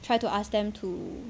try to ask them to